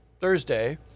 Thursday